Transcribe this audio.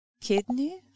kidney